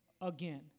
again